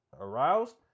aroused